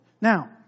Now